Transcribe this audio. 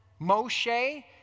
Moshe